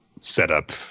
setup